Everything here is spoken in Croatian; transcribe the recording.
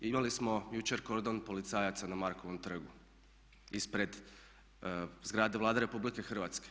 Imali smo jučer kordon policajaca na Markovom trgu ispred zgrade Vlade RH.